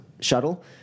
shuttle